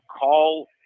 call